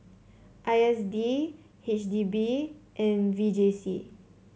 I S D H D B and V J C